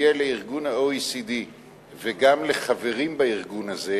יהיו ל-OECD וגם לחברים בארגון הזה